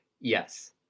yes